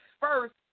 first